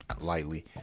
lightly